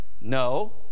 no